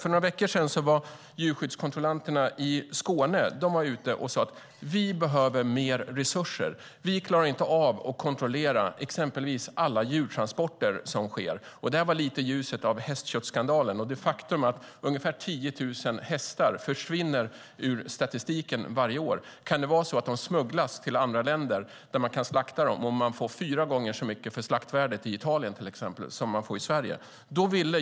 För några veckor sedan gick djurskyddskontrollanterna i Skåne ut och sade: Vi behöver mer resurser - vi klarar inte av att kontrollera exempelvis alla djurtransporter som sker. Det här var lite i ljuset av hästköttsskandalen och det faktum att ungefär 10 000 hästar försvinner ur statistiken varje år. Kan det vara så att de smugglas till andra länder där man slaktar dem, om slaktvärdet till exempel är fyra gånger så högt i Italien som i Sverige?